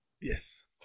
Yes